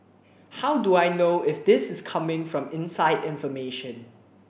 how do I know if this is coming from inside information